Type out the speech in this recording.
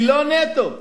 שלו נטו.